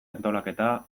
antolaketa